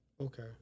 okay